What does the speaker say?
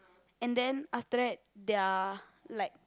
and then after that their like